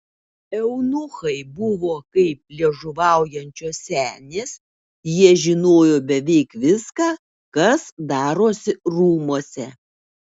eunuchai buvo kaip liežuvaujančios senės jie žinojo beveik viską kas darosi rūmuose